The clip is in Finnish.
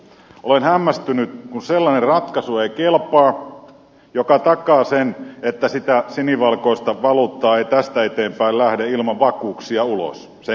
olen hämmästynyt kun sellainen ratkaisu ei kelpaa joka takaa sen että sitä sinivalkoista valuuttaa ei tästä eteenpäin lähde ilman vakuuksia ulos senttiäkään